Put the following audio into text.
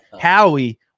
Howie